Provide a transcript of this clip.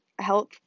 health